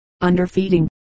underfeeding